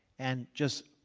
and just